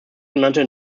genannte